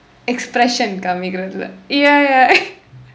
expression காமிக்கிறது இல்ல:kaamikkirathu illa ya ya